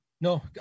No